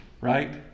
Right